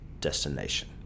destination